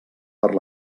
per